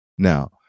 Now